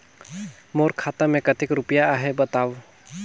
मोर खाता मे कतेक रुपिया आहे बताव?